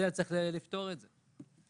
צריך לפתור את זה.